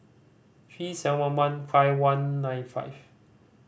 three seven one one five one nine five